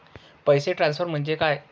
पैसे ट्रान्सफर म्हणजे काय?